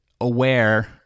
aware